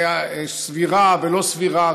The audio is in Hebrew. סבירה ולא סבירה,